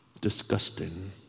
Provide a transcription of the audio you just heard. disgusting